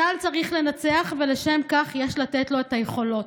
צה"ל צריך לנצח, ולשם כך יש לתת לו את היכולות.